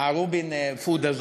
ה"רובין פוד" הזה.